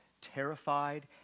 terrified